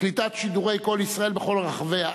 קליטת שידורי "קול ישראל" בכל רחבי הארץ),